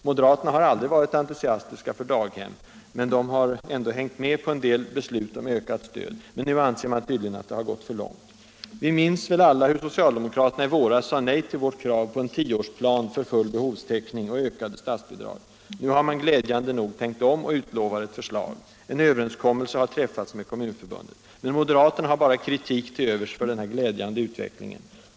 Moderaterna har aldrig varit entusiastiska för daghem. De har ändå hängt med på en del beslut om ökat stöd, men nu anser de tydligen att det har gått för långt. Vi minns väl alla hur socialdemokraterna i våras sade nej till folk partiets krav på en tioårsplan för full behovstäckning och ökat statsbidrag. Nu har man glädjande nog tänkt om och utlovat ett förslag. En överenskommelse har träffats med Kommunförbundet. Men moderaterna har bara kritik till övers för den här glädjande utvecklingen.